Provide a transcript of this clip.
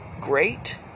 great